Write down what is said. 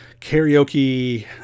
karaoke